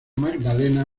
magdalena